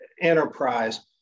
enterprise